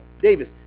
Davis